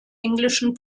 englischen